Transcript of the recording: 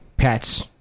Pets